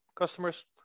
customers